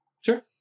Sure